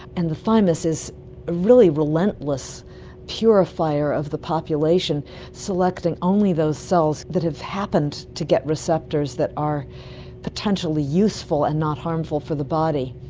and the thymus is a really relentless purifier of the population, selecting only those cells that have happened to get receptors that are potentially useful and not harmful for the body.